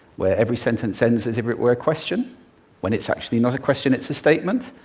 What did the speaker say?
where every sentence ends as if it were a question when it's actually not a question, it's a statement?